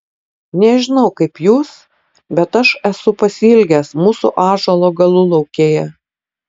nežinau kaip jūs bet aš esu pasiilgęs mūsų ąžuolo galulaukėje